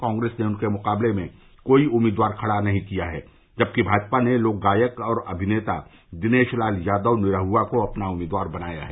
कांग्रेस ने उनके मुकाबले में कोई उम्मीदवार नहीं खड़ा किया है जबकि भाजपा ने लोकगायक और अभिनेता दिनेश लाल यादव निरहुआ को अपना उम्मीदवार बनाया है